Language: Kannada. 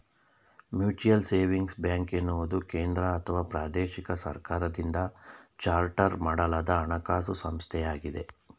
ಮ್ಯೂಚುಯಲ್ ಸೇವಿಂಗ್ಸ್ ಬ್ಯಾಂಕ್ ಎನ್ನುವುದು ಕೇಂದ್ರಅಥವಾ ಪ್ರಾದೇಶಿಕ ಸರ್ಕಾರದಿಂದ ಚಾರ್ಟರ್ ಮಾಡಲಾದ ಹಣಕಾಸು ಸಂಸ್ಥೆಯಾಗಿದೆ